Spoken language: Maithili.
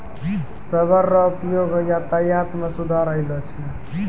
रबर रो उपयोग यातायात मे सुधार अैलौ छै